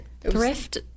thrift